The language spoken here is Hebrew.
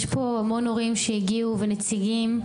יש פה המון הורים שהגיעו ונציגים,